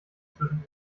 zwischen